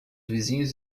vizinhos